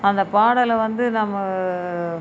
அந்தப் பாடலை வந்து நம்ம